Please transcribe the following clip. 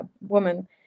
woman